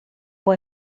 può